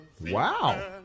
Wow